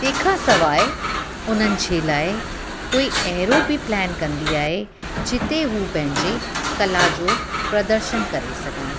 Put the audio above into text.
तंहिं खां सवाइ उन्हनि जे लाइ कोई अहिड़ो बि प्लान कंदी आहे जिते हू पंहिंजे कला जो प्रदर्शन करे सघनि